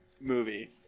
movie